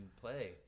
play